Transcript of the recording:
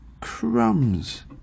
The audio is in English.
crumbs